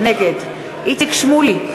נגד איציק שמולי,